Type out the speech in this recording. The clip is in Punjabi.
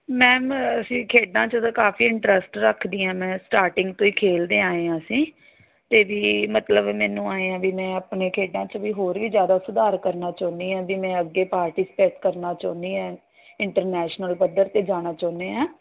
ਮੈਮ ਅਸੀਂ ਖੇਡਾਂ 'ਚ ਤਾਂ ਕਾਫੀ ਇੰਟਰਸਟ ਰੱਖਦੀ ਹਾਂ ਮੈਂ ਸਟਾਰਟਿੰਗ ਤੋਂ ਹੀ ਖੇਲਦੇ ਆਏ ਹਾਂ ਅਸੀਂ ਤਾਂ ਵੀ ਮਤਲਬ ਮੈਨੂੰ ਆਏ ਹਾਂ ਵੀ ਮੈਂ ਆਪਣੇ ਖੇਡਾਂ 'ਚ ਵੀ ਹੋਰ ਵੀ ਜ਼ਿਆਦਾ ਸੁਧਾਰ ਕਰਨਾ ਚਾਹੁੰਦੀ ਹਾਂ ਵੀ ਮੈਂ ਅੱਗੇ ਪਾਰਟੀਸਪੇਟ ਕਰਨਾ ਚਾਹੁੰਦੀ ਹਾਂ ਇੰਟਰਨੈਸ਼ਨਲ ਪੱਧਰ 'ਤੇ ਜਾਣਾ ਚਾਹੁੰਦੇ ਹਾਂ